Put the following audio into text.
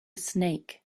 snake